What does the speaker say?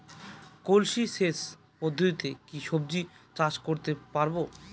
কলসি সেচ পদ্ধতিতে কি সবজি চাষ করতে পারব?